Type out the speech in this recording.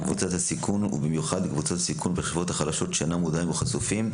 לקבוצות הסיכון וקבוצות הסיכון בחברות החלשות שאינן מודעות או חשופות.